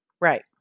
Right